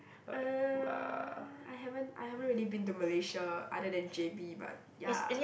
uh I haven't I haven't really been to Malaysia other than J_B but ya